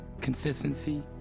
consistency